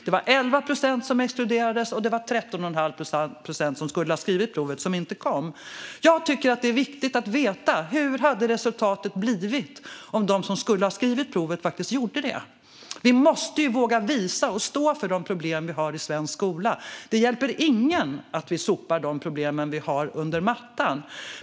Det var 11 procent som exkluderades och 13 1⁄2 procent som skulle ha skrivit provet men som inte kom. Jag tycker att det är viktigt att veta hur resultatet hade blivit om de som skulle ha skrivit provet hade gjort det. Vi måste våga visa och stå för de problem som vi har i svensk skola. Det hjälper inte någon om vi sopar de problem vi har under mattan.